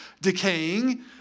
decaying